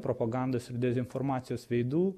propagandos ir dezinformacijos veidų